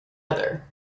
other